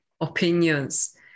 opinions